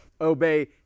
obey